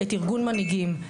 ארגון מנהיגים,